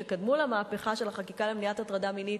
שקדמו למהפכה של החקיקה למניעת הטרדה מינית,